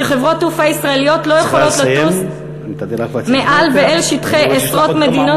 כשחברות תעופה ישראליות לא יכולות לטוס מעל ואל שטחי עשרות מדינות,